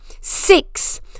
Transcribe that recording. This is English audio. six